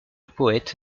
poète